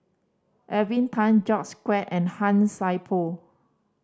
Tan George Quek and Han Sai Por